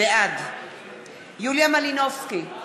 בעד יוליה מלינובסקי,